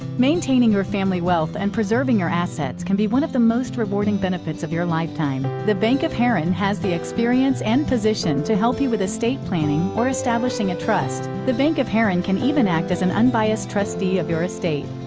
maintaining your family wealth and preserving your assets can be one of the most rewarding benefits of your lifetime. the bank of herrin has the experience and position to help you with estate planning or establishing a trust. the bank of herrin can even act as an unbiased trustee of your estate.